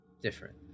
Different